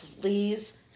please